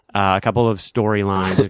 a couple of storylines,